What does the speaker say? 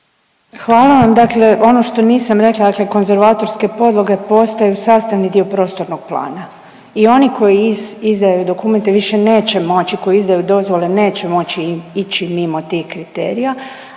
Hvala vam, dakle ono što nisam rekla, dakle konzervatorske podloge postaju sastavni dio prostornog plana i oni koji izdaju dokumente više neće moći, koji izdaju dozvole neće moći ići mimo tih kriterija.